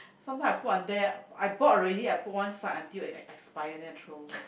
sometime I put on there I bought already I put one side until it expire then I throw away